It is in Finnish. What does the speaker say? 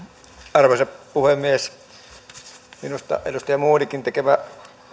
arvoisa puhemies minusta edustaja modigin tekemä